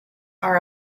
are